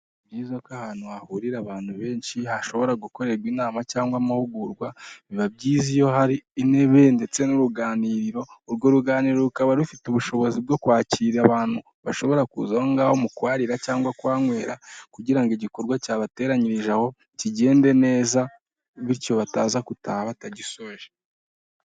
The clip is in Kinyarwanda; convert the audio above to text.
Ni byiza ko ahantu hahurira abantu benshi hashobora gukorerwa inama cyangwa amahugurwa, biba byiza iyo hari intebe ndetse n'uruganiriro, urwo ruganiriro rukaba rufite ubushobozi bwo kwakira abantu bashobora kuza aho ngaho, mu kuharira cyangwa kuhanywera kugira ngo igikorwa cyabateranyirije aho kigende neza, bityo bataza gutaha batagisoje.